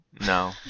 No